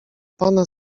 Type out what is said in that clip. pana